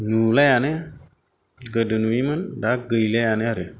नुलायानो गोदो नुयोमोन दा गैलायानो आरो